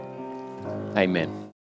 Amen